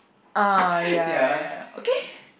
uh ya ya okay